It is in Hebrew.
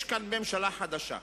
יש כאן ממשלה חדשה,